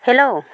hello